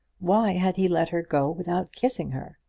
why had he let her go without kissing her?